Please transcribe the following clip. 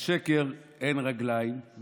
לשקר אין רגליים,